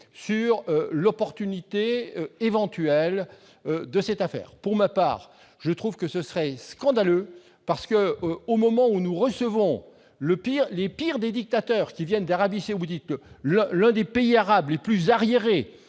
sur l'opportunité éventuelle de cette affaire. Pour ma part, je trouve que ce serait scandaleux. Au moment où nous recevons les pires des dictateurs, ceux d'Arabie Saoudite, l'un des pays arabes les plus arriérés,